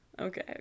okay